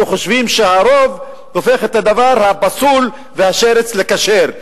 שחושבים שהרוב הופך את הדבר הפסול והשרץ לכשר.